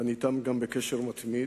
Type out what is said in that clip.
ואני אתם בקשר מתמיד.